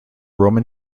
roman